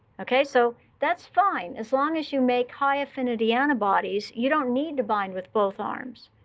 ok? so that's fine. as long as you make high affinity antibodies, you don't need to bind with both arms.